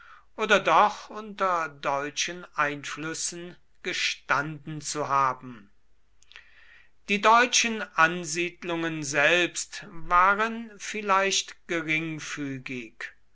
oder doch unter deutschen einflüssen gestanden zu haben die deutschen ansiedlungen selbst waren vielleicht geringfügig